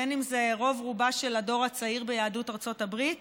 בין שזה רוב-רובו של הדור הצעיר ביהדות ארצות הברית